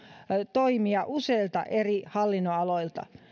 toimia useilta eri hallinnonaloilta